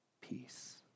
peace